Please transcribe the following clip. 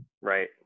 Right